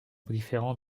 différent